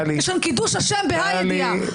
יש כאן קידוש השם בה"א הידיעה,